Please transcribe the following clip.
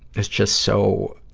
it's just so,